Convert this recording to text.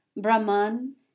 Brahman